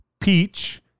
peach